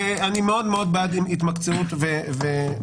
ואני מאוד מאוד בעד התמקצעות וצמצום.